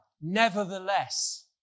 nevertheless